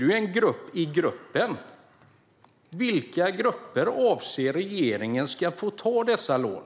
Det är ju en grupp i gruppen. Vilka grupper avser regeringen ska få ta dessa lån?